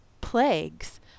plagues